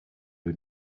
who